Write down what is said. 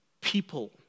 people